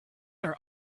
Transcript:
are